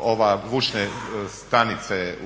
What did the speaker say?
ove vučne stanice